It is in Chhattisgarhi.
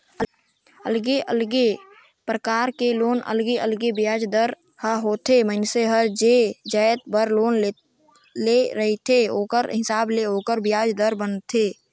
अलगे अलगे परकार के लोन में अलगे अलगे बियाज दर ह होथे, मइनसे हर जे जाएत बर लोन ले रहथे ओखर हिसाब ले ओखर बियाज दर बनथे